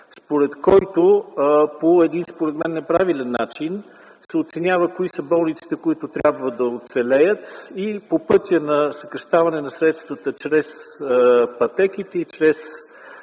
според който по един, според мен, неправилен начин, се оценява кои са болниците, които трябва да оцелеят и по пътя на съкращаване на средствата чрез пътеките и чрез